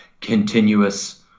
continuous